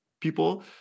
people